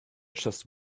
just